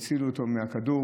הצילו אותו מהכדור.